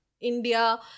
India